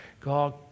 God